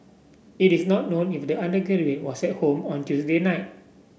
it is not known if the undergraduate was at home on Tuesday night